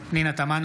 בהצבעה פנינה תמנו,